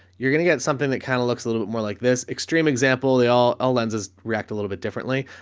you're going to get something that kind of looks a little more like this extreme example. they all, all lenses react a little bit differently.